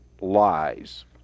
lies